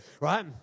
right